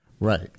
Right